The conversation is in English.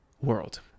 world